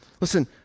Listen